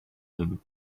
him